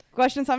Question